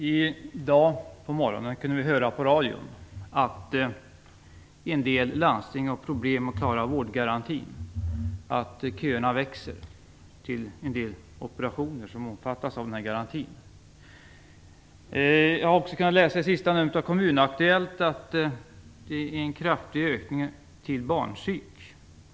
Fru talman! I dag på morgonen kunde vi höra på radio att en del landsting har problem med att klara vårdgarantin, att köerna växer till en del operationer som omfattas av denna garanti. Vi har också kunnat läsa i sista numret av Kommun Aktuellt att det är en kraftig ökning till barnpsykiatrisk mottagning.